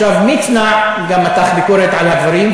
מצנע גם מתח ביקורת על הדברים,